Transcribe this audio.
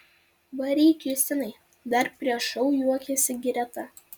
varyk justinai dar prieš šou juokėsi greta